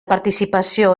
participació